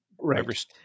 Right